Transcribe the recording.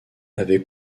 avait